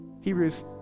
Hebrews